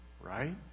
Right